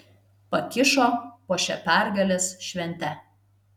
pakišo po šia pergalės švente